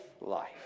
life